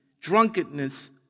drunkenness